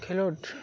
ᱠᱷᱮᱞᱳᱰ